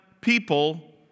people